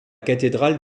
cathédrale